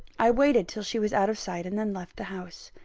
i waited till she was out of sight, and then left the house.